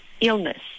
illness